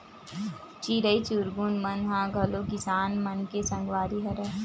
चिरई चिरगुन मन ह घलो किसान मन के संगवारी हरय